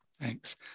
Thanks